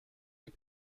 des